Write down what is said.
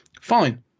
Fine